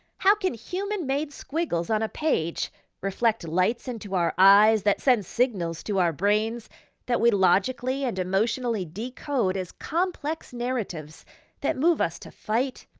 how can human-made squiggles on a page reflect lights into our eyes that send signals to our brains that we logically and emotionally decode as complex narratives that move us to fight,